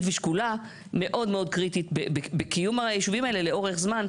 ושקולה מאוד מאוד קריטית לקיום היישובים האלה לאורך זמן.